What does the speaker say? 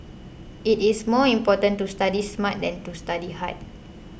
it is more important to study smart than to study hard